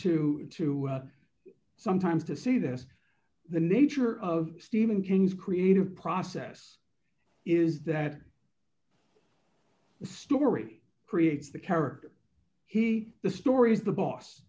to to sometimes to see this the nature of stephen king's creative process is that the story creates the character he the stories the boss